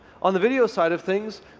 on the video side of things,